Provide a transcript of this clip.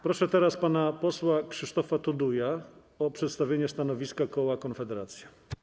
Proszę teraz pana posła Krzysztofa Tuduja o przedstawienie stanowiska koła Konfederacja.